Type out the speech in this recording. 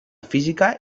física